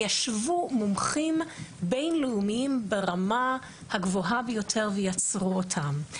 ישבו מומחים בין-לאומיים ברמה הגבוהה ביותר ויצרו אותם.